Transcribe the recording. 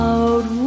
Out